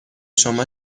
شما